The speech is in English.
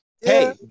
Hey